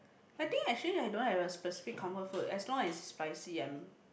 I think actually I don't have a specific comfort food as long as spicy I'm